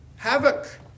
Havoc